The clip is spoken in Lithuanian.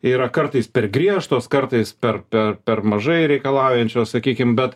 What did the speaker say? yra kartais per griežtos kartais per per per mažai reikalaujančios sakykim bet